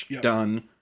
done